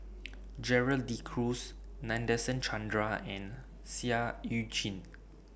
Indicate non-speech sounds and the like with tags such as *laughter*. *noise* Gerald De Cruz Nadasen Chandra and Seah EU Chin